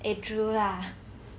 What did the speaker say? eh true lah